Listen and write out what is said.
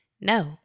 no